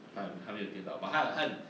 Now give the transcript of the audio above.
她还没有跌倒 but 她很她很